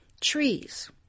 trees